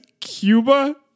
Cuba